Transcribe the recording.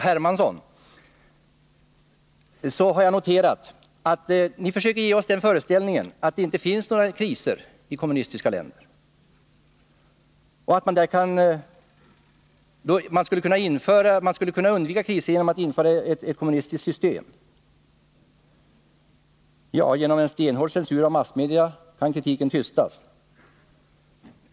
Hermansson har jag noterat att ni försöker ge oss den föreställningen att det inte finns några kriser i kommunistiska länder och att man skulle kunna undvika kriser genom att införa ett kommunistiskt system. Ja, genom en stenhård censur av massmedia kan kritiken tystas.